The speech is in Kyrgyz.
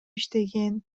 иштеген